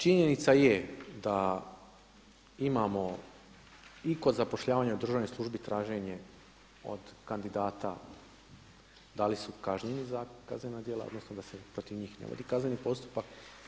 Činjenica je da imamo i kod zapošljavanja u državnoj službi traženje od kandidati da li su kažnjeni za kaznena djela odnosno da se protiv njih ne vodi kazneni postupak.